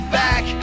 back